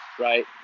right